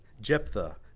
Jephthah